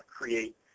create